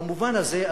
במובן הזה,